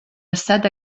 estat